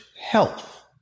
health